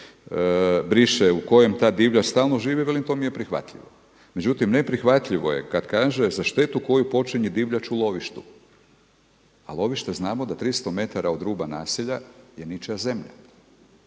u kojem ta divljač stalno živi, velim to mi je prihvatljivo. Međutim, neprihvatljivo je kada kaže za štetu koju počini divljač u lovištu a lovište znamo da 30 metara od ruba naselja je ničija zemlja.